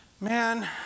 man